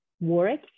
work